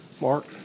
Mark